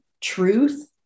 truth